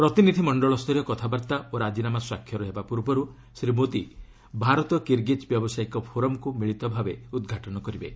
ପ୍ରତିନିଧି ମଣ୍ଡଳ ସ୍ତରୀୟ କଥାବାର୍ତ୍ତା ଓ ରାଜିନାମା ସ୍ୱାକ୍ଷର ପୂର୍ବର୍ ଶ୍ରୀ ମୋଦି ଭାରତ କିର୍ଗିଜ୍ ବ୍ୟବସାୟିକ ଫୋରମ୍କୁ ମିଳିତ ଭାବେ ଉଦ୍ଘାଟନ କରିବେ